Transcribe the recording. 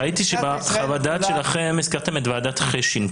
ראיתי שבחוות הדעת שלכם הזכרתם את ועדת חשין.